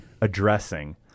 addressing